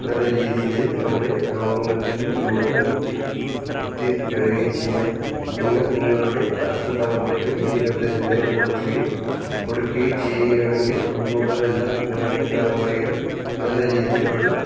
നല്ല രീതിയിൽ നമ്മുടെ രോഗങ്ങളിൽനിന്ന് നമുക്ക് മുക്തി മുക്തി നേടുകയും ചെയ്യാം നിങ്ങൾ നിങ്ങളുടെ അടുത്ത തലമുറക്കും ഇതേ നിർദ്ദേശം തന്നെ കൊടുക്കുകയും കൊടുക്കുകയും ചെയ്യുകയാണെങ്കിൽ പിന്നോടുള്ള എല്ലാ തലമുറയിലും നല്ല രീതിയിലുള്ള